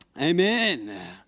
Amen